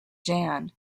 jan